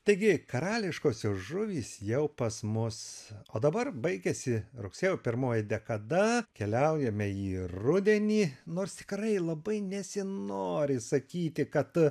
taigi karališkosios žuvys jau pas mus o dabar baigiasi rugsėjo pirmoji dekada keliaujame į rudenį nors tikrai labai nesinori sakyti kad